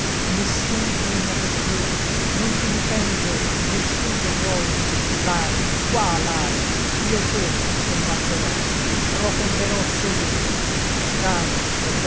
nessun pugna per te non ti difende nessun de tuoi l'armi qua l'armi io solo combatterò procomberò sol io dammi